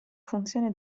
funzione